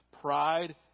pride